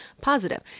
positive